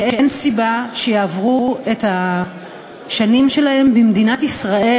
שאין סיבה שיעברו את השנים שלהם במדינת ישראל,